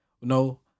no